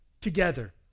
together